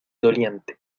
doliente